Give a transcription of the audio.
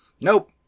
Nope